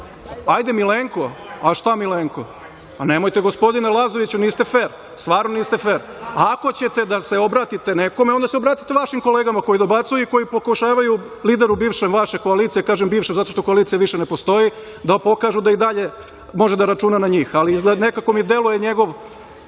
Milenko? A, šta Milenko? Nemojte, gospodine Lazoviću, stvarno niste fer. Ako ćete da se obratite nekome, onda se obratite vašim kolegama koji dobacuju i koji pokušavaju lideru bivše vaše koalicije, kažem bivše, zato što koalicija više ne postoji, da pokažu da i dalje može da računa na njih, ali nekako mi deluje njegov